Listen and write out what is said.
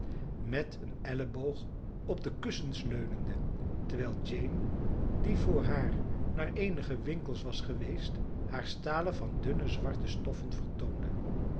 met een elleboog op de kussens leunende terwijl jane die voor haar naar eenige winkels was geweest haar stalen van dunne zwarte stoffen vertoonde